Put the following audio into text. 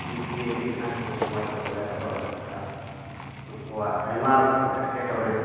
ᱡᱤᱵᱽᱼᱡᱤᱭᱟᱹᱞᱤ ᱠᱟᱱᱟᱠᱚ ᱢᱚᱡᱽ ᱛᱮ ᱵᱟᱞᱮ ᱫᱚᱦᱚ ᱞᱮᱠᱚ ᱠᱷᱟᱱ ᱱᱩᱠᱩᱣᱟᱜ ᱟᱭᱢᱟ ᱨᱚᱠᱚᱢ ᱮᱸᱴᱠᱮᱴᱚᱬᱮ